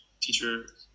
teacher